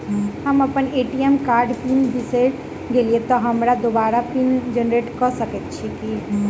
हम अप्पन ए.टी.एम कार्डक पिन बिसैर गेलियै तऽ हमरा दोबारा पिन जेनरेट कऽ सकैत छी की?